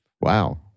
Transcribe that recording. Wow